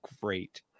great